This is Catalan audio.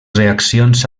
reaccions